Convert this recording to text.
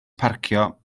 parcio